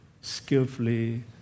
skillfully